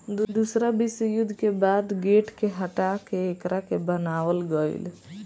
दूसरा विश्व युद्ध के बाद गेट के हटा के एकरा के बनावल गईल